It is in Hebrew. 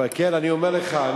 אבל אני אומר לך,